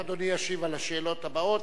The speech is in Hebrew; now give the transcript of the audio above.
רק אדוני ישיב על השאלות הבאות.